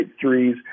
threes